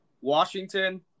Washington